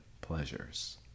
pleasures